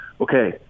okay